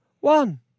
one